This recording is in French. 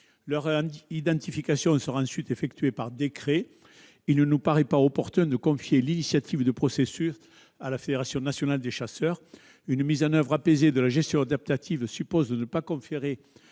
Leur identification sera ensuite effectuée par décret. Il ne nous paraît pas opportun de confier l'initiative du processus à la Fédération nationale des chasseurs. Une mise en oeuvre apaisée de la gestion adaptative suppose de ne pas conférer